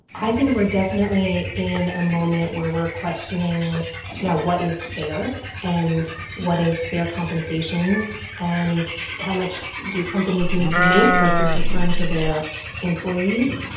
i think we're definitely in a moment where we're questioning yeah what is fair and what is fair compensation and how much do companies need to make versus return to their employees.